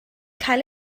cael